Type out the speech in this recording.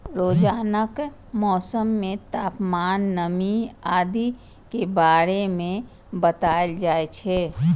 रोजानाक मौसम मे तापमान, नमी आदि के बारे मे बताएल जाए छै